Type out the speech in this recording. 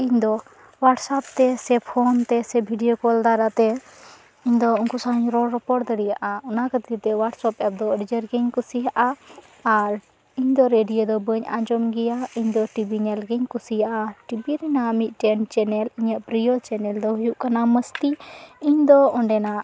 ᱤᱧ ᱫᱚ ᱦᱳᱣᱟᱴᱥ ᱮᱯᱛᱮ ᱥᱮ ᱯᱷᱳᱱ ᱛᱮ ᱥᱮ ᱵᱷᱤᱰᱤᱭᱳ ᱠᱚᱞ ᱫᱟᱨᱟ ᱛᱮ ᱤᱧ ᱫᱚ ᱩᱱᱠᱩ ᱥᱟᱶ ᱤᱧ ᱨᱚᱲ ᱨᱚᱯᱚᱲ ᱫᱟᱲᱮᱭᱟᱜᱼᱟ ᱚᱱᱟ ᱠᱷᱟᱹᱛᱤᱨ ᱛᱮ ᱦᱳᱭᱟᱴᱥᱳᱯ ᱮᱯ ᱫᱚ ᱟᱹᱰᱤ ᱡᱳᱨ ᱜᱮᱧ ᱠᱩᱥᱤᱭᱟᱜᱼᱟ ᱟᱨ ᱤᱧ ᱫᱚ ᱨᱮᱰᱤᱭᱳ ᱫᱚ ᱵᱟᱹᱧ ᱟᱸᱡᱚᱢ ᱜᱮᱭᱟ ᱤᱧ ᱫᱚ ᱴᱤᱵᱷᱤ ᱧᱮᱞ ᱜᱮᱧ ᱠᱩᱥᱤᱭᱟᱜᱼᱟ ᱴᱤᱵᱷᱤ ᱨᱮᱱᱟᱜ ᱢᱤᱫᱴᱮᱱ ᱪᱮᱱᱮᱞ ᱤᱧᱟᱹᱜ ᱯᱨᱤᱭᱳ ᱪᱮᱱᱮᱞ ᱫᱚ ᱦᱩᱭᱩᱜ ᱠᱟᱱᱟ ᱢᱟᱥᱛᱤ ᱤᱧ ᱫᱚ ᱚᱸᱰᱮᱱᱟᱜ